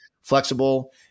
flexible